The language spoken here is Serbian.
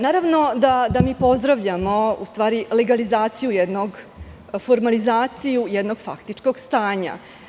Naravno da pozdravljamo legalizaciju, formalizaciju jednog faktičkog stanja.